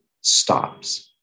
stops